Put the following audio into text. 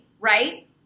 right